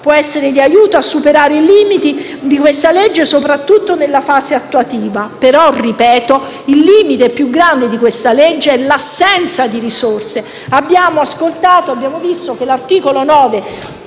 può essere di aiuto a superare i limiti di questa legge, soprattutto nella fase attuativa. Però - ripeto - il limite più grande di questa legge è l'assenza di risorse. Abbiamo ascoltato e abbiamo visto che l'articolo 9